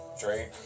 Drake